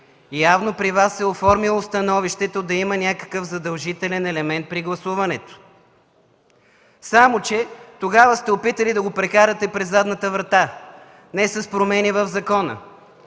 явно при Вас се е оформило становището да има някакъв задължителен елемент при гласуването. Само че тогава сте опитали да го прекарате през задната врата, а не с промени в закона.